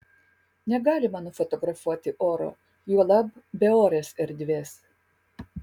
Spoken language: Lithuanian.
negalima nufotografuoti oro juolab beorės erdvės